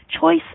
Choice